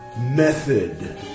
method